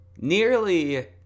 Nearly